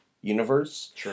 universe